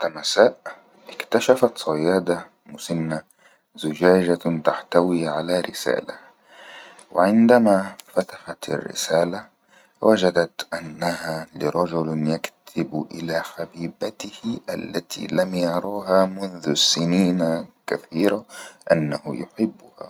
ءات المساء اكتشفت صيادة مسن زجاجةن تحتوي على رسالة وعندما فتحت الرسالة وجدت أنها لرجل يكتب إلى حبيبته التي لم يراها منذ السنين كثيرة أنه يحبها